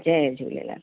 Jay Jhulelal